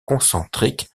concentriques